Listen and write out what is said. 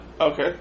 Okay